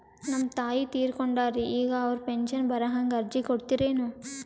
ನಮ್ ತಾಯಿ ತೀರಕೊಂಡಾರ್ರಿ ಈಗ ಅವ್ರ ಪೆಂಶನ್ ಬರಹಂಗ ಅರ್ಜಿ ಕೊಡತೀರೆನು?